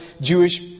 Jewish